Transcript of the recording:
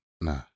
nah